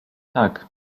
tak